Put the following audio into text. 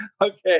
Okay